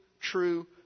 true